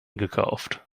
gekauft